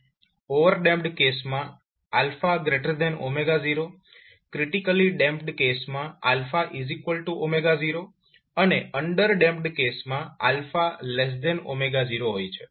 overdamped કેસમાં 0 critically damped કેસમાં 0 અને અન્ડરડેમ્પ્ડ કેસમાં 0 હોય છે